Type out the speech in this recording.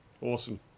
awesome